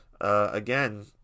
Again